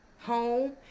home